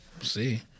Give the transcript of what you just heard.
see